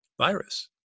virus